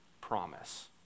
promise